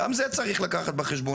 גם זה צריך לקחת בחשבון.